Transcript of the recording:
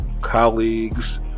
colleagues